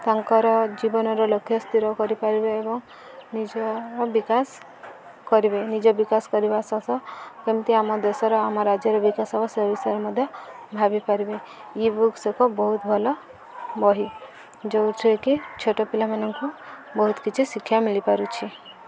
ତାଙ୍କର ଜୀବନର ଲକ୍ଷ୍ୟ ସ୍ଥିର କରିପାରିବେ ଏବଂ ନିଜର ବିକାଶ କରିବେ ନିଜ ବିକାଶ କରିବା ଶ ସହ କେମିତି ଆମ ଦେଶର ଆମ ରାଜ୍ୟର ବିକାଶ ହବ ସେ ବିଷୟରେ ମଧ୍ୟ ଭାବିପାରିବେ ଇବୁକ୍ସ ଏକ ବହୁତ ଭଲ ବହି ଯେଉଁଥିରେକି ଛୋଟ ପିଲାମାନଙ୍କୁ ବହୁତ କିଛି ଶିକ୍ଷା ମିଳିପାରୁଛି